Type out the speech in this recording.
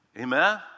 Amen